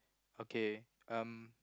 okay um